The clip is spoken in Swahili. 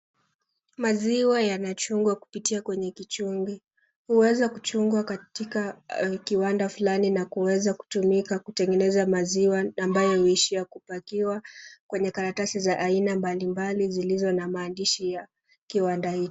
Maziwa yanachungwa kupitia kwenye kichungi. Huweza kuchungwa katika kiwanda fulani na kuweza kutumika kutengeneza maziwa ambayo huishia kupakiwa kwenye karatasi za aina mbalimbali zilizo na maandishi ya kiwanda hicho.